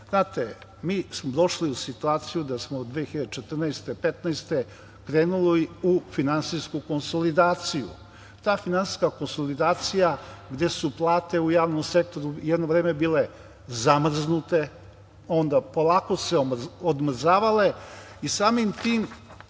Znate, mi smo došli u situaciju da smo od 2014, 2015. godine krenuli u finansijsku konsolidaciju. Ta finansijska konsolidacija gde su plate u javnom sektoru jedno vreme bile zamrznute, onda se polako odmrzavale i samim tim